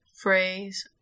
phrase